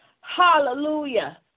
Hallelujah